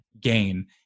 gain